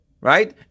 right